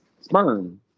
sperm